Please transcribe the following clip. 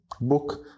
book